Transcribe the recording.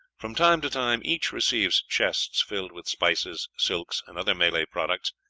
from time to time each receives chests filled with spices, silks, and other malay products,